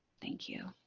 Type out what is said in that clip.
thank you.